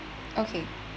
okay